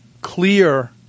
clear